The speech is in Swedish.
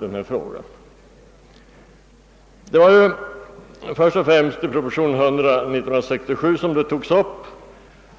Först togs frågan upp i proposition nr 100 år 1957